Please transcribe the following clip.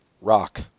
rock